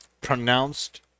pronounced